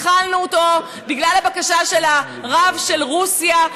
התחלנו אותו בגלל הבקשה של הרב של רוסיה,